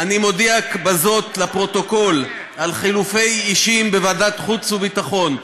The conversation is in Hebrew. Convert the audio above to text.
אני מודיע בזה לפרוטוקול על חילופי אישים בוועדת החוץ והביטחון.